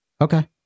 Okay